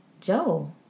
joe